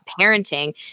parenting